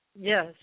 Yes